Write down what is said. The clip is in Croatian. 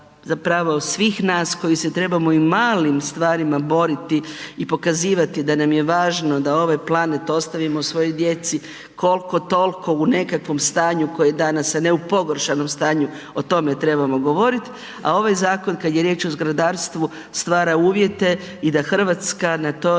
zapravo svih nas koji se trebamo i malim stvarima boriti i pokazivati da nam je važno da ovaj planet ostavimo svojoj djeci koliko toliko u nekakvom stanju koje je danas, a ne u pogoršanom stanju. O tome trebamo govoriti, a ovaj zakon, kad je riječ o zgradarstvu, stvara uvjete i da Hrvatska na toj